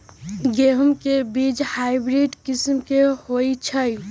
गेंहू के बीज हाइब्रिड किस्म के होई छई?